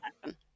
happen